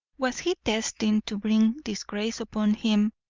was he destined to bring disgrace upon him,